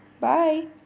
Bye